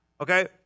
Okay